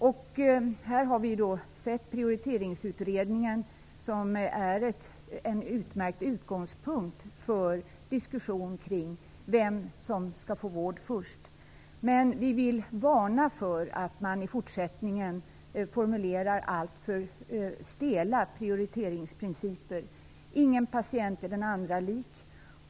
Vi har sett Prioriteringsutredningen som en utmärkt utgångspunkt för diskussion kring frågan om vem som skall få vård först. Vi vill dock varna för att man i fortsättningen formulerar alltför stela prioriteringsprinciper. Ingen patient är den andra lik.